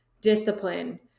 discipline